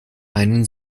einen